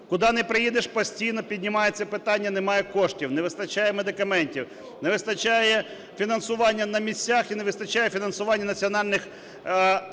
Куди не приїдеш, постійно піднімаються питання немає коштів, не вистачає медикаментів, не вистачає фінансування на місцях і не вистачає фінансування національних